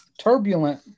turbulent